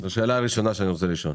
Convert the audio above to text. זאת השאלה הראשונה שאני רוצה לשאול.